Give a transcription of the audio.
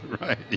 Right